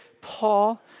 Paul